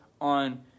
on